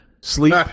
Sleep